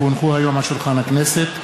כי הונחו היום על שולחן הכנסת,